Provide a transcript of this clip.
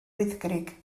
wyddgrug